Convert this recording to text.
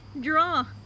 draw